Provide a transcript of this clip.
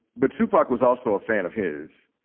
but tupac was also a fan of his.